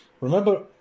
Remember